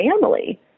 family